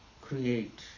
create